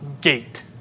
gate